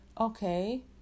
Okay